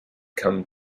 come